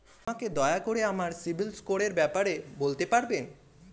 আমাকে দয়া করে আমার সিবিল স্কোরের ব্যাপারে বলতে পারবেন?